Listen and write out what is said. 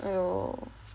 !aiyo!